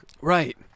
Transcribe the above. right